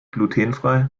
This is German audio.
glutenfrei